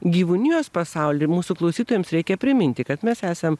gyvūnijos pasaulį mūsų klausytojams reikia priminti kad mes esam